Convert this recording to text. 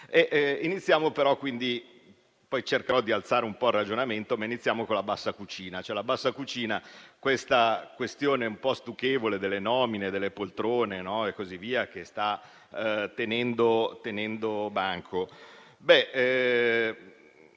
iniziamo con la bassa cucina, con la questione un po' stucchevole delle nomine e delle poltrone che sta tenendo banco.